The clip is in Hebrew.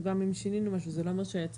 וגם אם שינינו משהו זה לא אומר שהיצרן